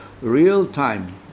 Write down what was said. real-time